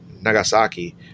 Nagasaki